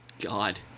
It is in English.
God